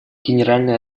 генеральная